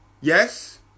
Yes